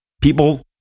people